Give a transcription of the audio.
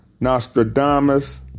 Nostradamus